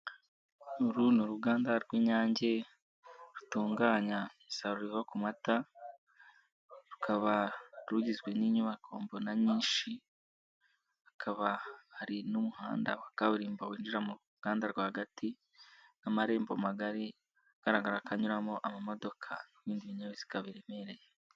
Uru ni uruganda rw'Inyange rutunganya umusaruro uva ku mata rukaba rugizwe n'inyubako mbona nyinshi, hakaba hari n'umuhanda wa kaburimbo winjira mu ruganda rwagati n'amarembo magari agaragara ko anyuramo ama modoka n'ibindi binyabiziga biremereye.